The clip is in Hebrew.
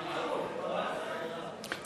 לביטחון פנים,